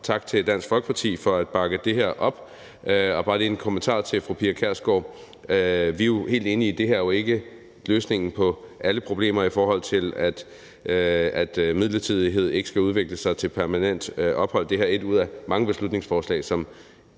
at de også bakker det her op. Og så har jeg bare lige en kommentar til fru Pia Kjærsgaard: Vi er helt enige i, at det her jo ikke er løsningen på alle problemer, i forhold til at midlertidighed ikke skal udvikle sig til permanent ophold. Det her er et ud af mange beslutningsforslag, som